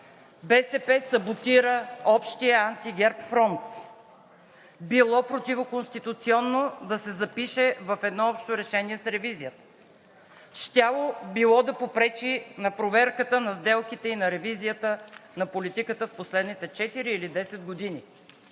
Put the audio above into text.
„БСП саботира общия анти-ГЕРБ фронт“, било противоконституционно да се запише в едно общо решение с ревизия, щяло било да попречи на проверката на сделките и на ревизията на политиката в последните 4 или 10 години.